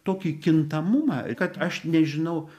tokį kintamumą kad aš nežinau